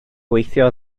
gweithio